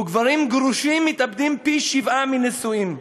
וגברים גרושים מתאבדים פי-שבעה מנשואים.